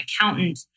accountant